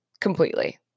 completely